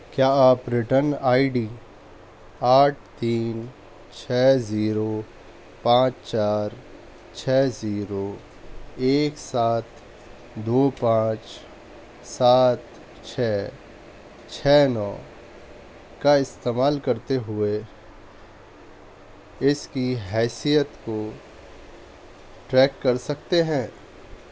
کیا آپ return I D آٹھ تین چھ زیرو پانچ چار چھ زیرو ایک سات دو پانچ سات چھ چھ نو کا استعمال کرتے ہوئے اس کی حیثیت کو ٹریک کر سکتے ہیں